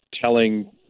telling